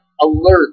alert